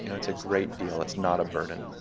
you know it's a great deal. it's not a burden.